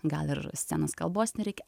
gal ir scenos kalbos nereikia